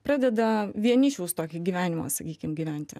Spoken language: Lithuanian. pradeda vienišiaus tokį gyvenimą sakykim gyventi